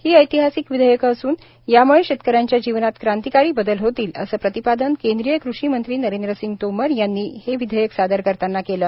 ही ऐतिहासिक विधेयकं असून यामुळे शेतकऱ्यांच्या जीवनात क्रांतिकारी बदल होतील असं प्रतिपादन केंद्रीय कृषी मंत्री नरेंद्र सिंग तोमर यांनी हे विधेयक सादर करताना केलं